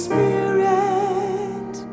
Spirit